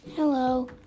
Hello